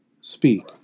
Speak